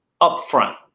upfront